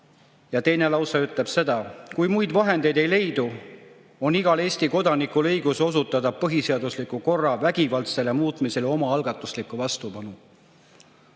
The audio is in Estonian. Ja teine lause ütleb seda: "Kui muid vahendeid ei leidu, on igal Eesti kodanikul õigus osutada põhiseadusliku korra vägivaldsele muutmisele omaalgatuslikku vastupanu."